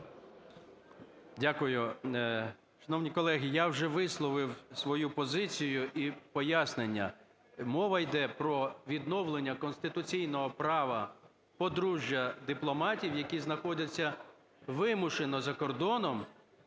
Дякую. Шановні колеги, я вже висловив свою позицію і пояснення. Мова йде про відновлення конституційного права подружжя дипломатів, які знаходяться вимушено за кордоном,